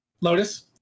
Lotus